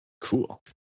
Cool